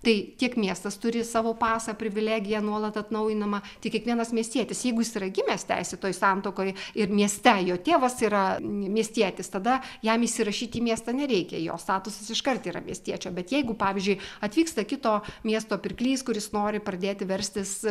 tai tiek miestas turi savo pasą privilegiją nuolat atnaujinama tiek kiekvienas miestietis jeigu jis yra gimęs teisėtoj santuokoj ir mieste jo tėvas yra miestietis tada jam įsirašyti į miestą nereikia jo statusas iškart yra miestiečio bet jeigu pavyzdžiui atvyksta kito miesto pirklys kuris nori pradėti verstis